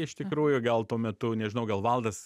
iš tikrųjų gal tuo metu nežinau gal valdas